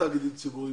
ציבוריים בדקת?